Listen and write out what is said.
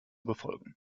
befolgen